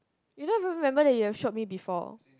you don't even remember that you have showed me before